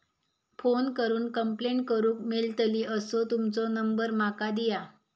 Phone करून complaint करूक मेलतली असो तुमचो नंबर माका दिया?